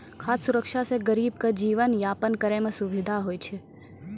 खाद सुरक्षा से गरीब के जीवन यापन करै मे सुविधा होय छै